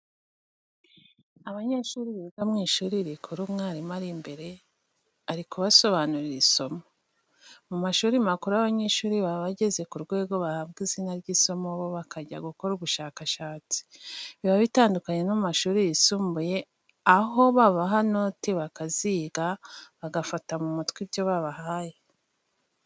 Abanyeshuri biga mu ishuri rikuru umwarimu ari imbere ari kubasobanurira isomo. Mu mashuri makuru abanyeshuri baba bageze ku rwego bahabwa izina ry'isomo bo bakajya gukora ubushakashatsi, biba bitandukanye no mu mashuri yisumbuye aho babaha note bakaziga, bagafata mu mutwe ibyo babahaye.